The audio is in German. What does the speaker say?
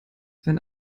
wenn